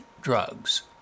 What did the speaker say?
drugs